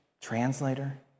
translator